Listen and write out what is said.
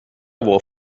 avoir